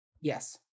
Yes